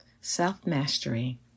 self-mastery